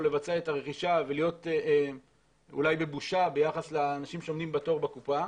לבצע את הרכישה ולהיות אולי בבושה ביחס לאנשים שעומדים בתור בקופה.